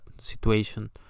situation